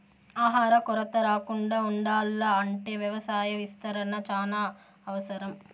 ఆహార కొరత రాకుండా ఉండాల్ల అంటే వ్యవసాయ విస్తరణ చానా అవసరం